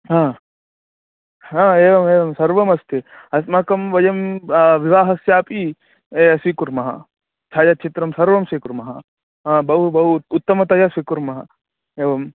एवम् एवं सर्वमस्ति अस्माकं वयं विवाहस्यापि स्वीकुर्मः छायाचित्रं सर्वं स्वीकुर्मः बहु बहु उत्तमतया स्वीकुर्मः एवं